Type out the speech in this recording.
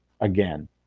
again